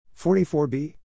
44B